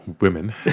women